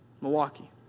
Milwaukee